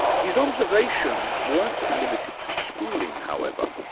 his observations weren't limited to schooling, however,